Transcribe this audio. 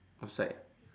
outside